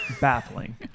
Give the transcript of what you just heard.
baffling